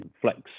flex